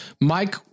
Mike